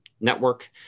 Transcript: network